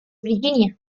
virginia